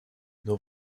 nur